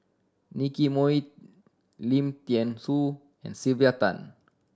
Nicky Moey Lim Thean Soo and Sylvia Tan